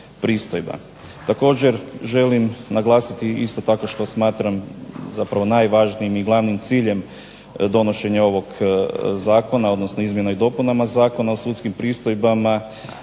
Također želim naglasiti isto tako što smatram zapravo najvažnijim i glavnim ciljem donošenja ovog zakona, odnosno izmjenama i dopunama Zakona o sudskim pristojbama,